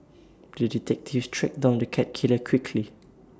the detective tracked down the cat killer quickly